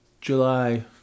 July